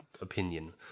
opinion